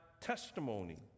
testimony